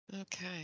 Okay